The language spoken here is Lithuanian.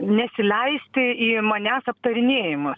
nesileisti į manęs aptarinėjimus